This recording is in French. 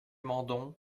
mandon